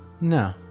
no